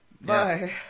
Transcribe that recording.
Bye